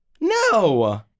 No